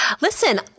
Listen